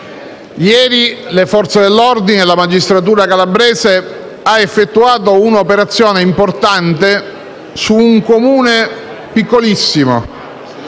ieri le Forze dell'ordine e la magistratura calabrese hanno effettuato un'operazione importante su un Comune piccolissimo,